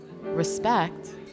Respect